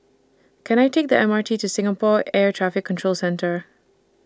Can I Take The M R T to Singapore Air Traffic Control Centre